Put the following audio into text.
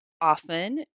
often